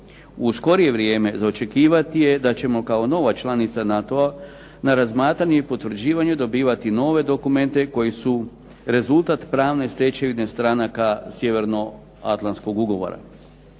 U skorije vrijeme za očekivati je kao nova članica NATO-a na razmatranje i potvrđivanje dobivati nove dokumente koji su rezultat pravne stečevine stranaka Sjevernoatlantskog ugovora.